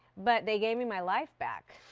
but they gave me my life back.